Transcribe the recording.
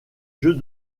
jeux